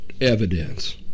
evidence